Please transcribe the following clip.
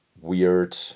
weird